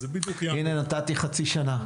אז הנה נתתי חצי שנה.